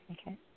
Okay